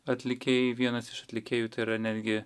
atlikėjai vienas iš atlikėjų tai yra netgi